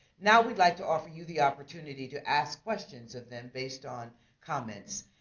now we'd like to offer you the opportunity to ask questions of them based on comments.